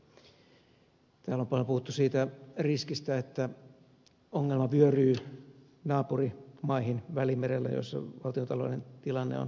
täällä on paljon puhuttu siitä riskistä että ongelma vyöryy välimerelle naapurimaihin joissa valtiontalouden tilanne on samansuuntainen